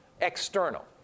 external